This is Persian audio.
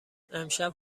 امشب